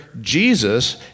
Jesus